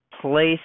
place